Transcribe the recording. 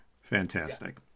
Fantastic